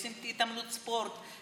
עושים ספורט,